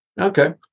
Okay